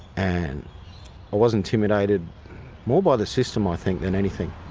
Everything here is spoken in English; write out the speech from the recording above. and i was intimidated more by the system i think than anything.